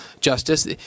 justice